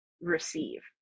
receive